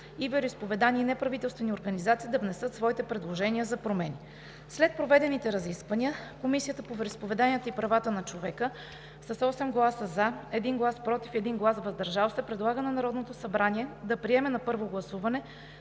и вероизповедания, и неправителствени организации, да внесат своите предложения за промени. След проведените разисквания Комисията по вероизповеданията и правата на човека с 8 гласа „за“, 1 глас „против“ и 1 глас „въздържал се“ предлага на Народното събрание да приеме на първо гласуване